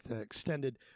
extended